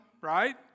right